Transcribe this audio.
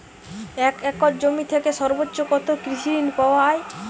এক একর জমি থেকে সর্বোচ্চ কত কৃষিঋণ পাওয়া য়ায়?